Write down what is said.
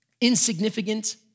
insignificant